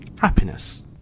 Happiness